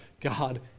God